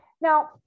Now